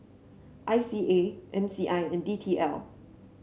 I C A M C I and D T L